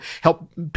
help